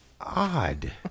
Odd